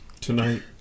Tonight